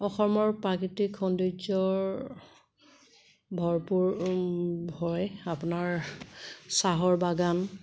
অসমৰ প্ৰাকৃতিক সৌন্দৰ্যৰ ভৰপূৰ হয় আপোনাৰ চাহৰ বাগান